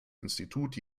institut